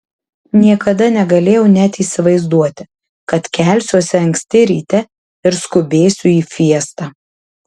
niekada negalėjau net įsivaizduoti kad kelsiuosi anksti ryte ir skubėsiu į fiestą